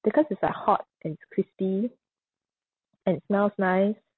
because it's like hot and crispy and it smells nice